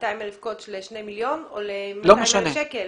200,000 קוטש לשני מיליון או ל-200,000 שקלים?